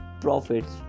profits